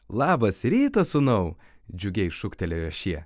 labas rytas sūnau džiugiai šūktelėjo šie